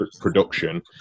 production